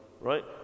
right